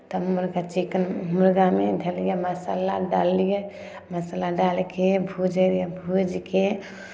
तब मुर्गा चिकन मुर्गामे धेलियै मसाला डाललियै मसाला डालि कऽ भुजलियै भूजि कऽ